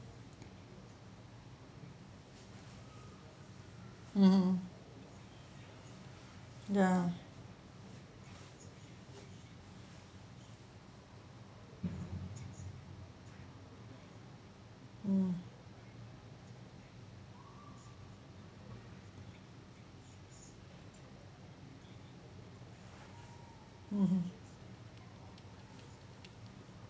mmhmm ya mm mmhmm ya